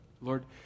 Lord